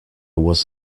was